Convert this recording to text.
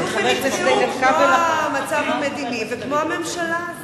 נסללו ונקטעו, כמו המצב המדיני וכמו הממשלה הזאת.